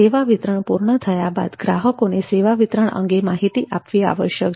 સેવા વિતરણ પૂર્ણ થયા બાદ ગ્રાહકોને સેવા વિતરણ અંગે માહિતી આપવી આવશ્યક છે